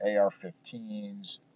AR-15s